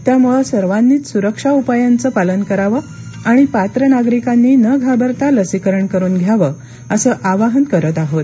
त्यामुळे सर्वांनीच सुरक्षा उपायांचं पालन करावं आणि पात्र नागरिकांनी न घाबरता लसीकरण करून घ्यावं असं आवाहन करत आहोत